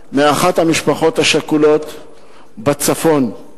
מאחת המשפחות השכולות בצפון.